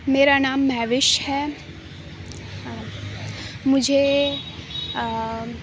میرا نام مہوش ہے مجھے